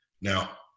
Now